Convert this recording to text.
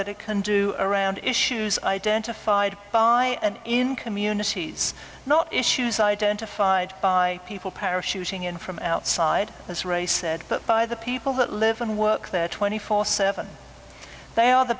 that it can do around issues identified by and in communities not issues identified by people parachuting in from outside as ray said but by the people that live and work there twenty four seven they are the